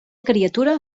criatura